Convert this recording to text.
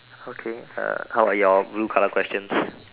okay uh how about your blue color questions